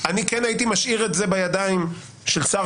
אני כן הייתי משאיר את זה בידיים של שר